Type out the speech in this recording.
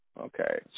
Okay